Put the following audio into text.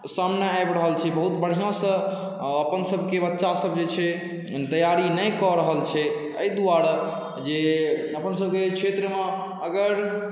सामने आबि रहल छै बहुत बढ़िआँसँ अपनसबके बच्चासब जे छै तैआरी नहि कऽ रहल छै एहि दुआरे जे अपनसबके क्षेत्रमे अगर